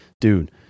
Dude